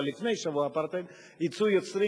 אבל לפני שבוע האפרטהייד יצאו יוצרים,